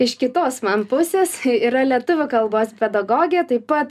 iš kitos man pusės yra lietuvių kalbos pedagogė taip pat